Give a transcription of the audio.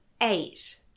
Eight